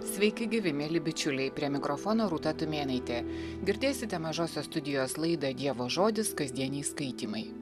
sveiki gyvi mieli bičiuliai prie mikrofono rūta tumėnaitė girdėsite mažosios studijos laidą dievo žodis kasdieniai skaitymai